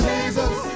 Jesus